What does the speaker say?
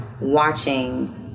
watching